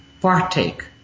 partake